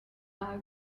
are